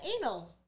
anal